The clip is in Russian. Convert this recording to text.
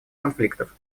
конфликтов